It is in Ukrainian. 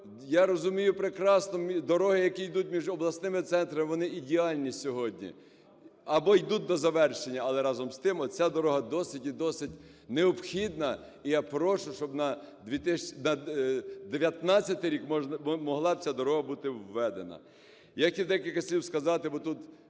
я розумію прекрасно, дороги, які ідуть між обласними центрами, вони ідеальні сьогодні або йдуть до завершення. Але, разом з тим, оця дорога досить і досить необхідна. І я прошу, щоб на 2019 рік могла б ця дорога бути введена. Я хотів декілька слів сказати, бо тут